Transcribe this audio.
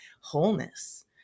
wholeness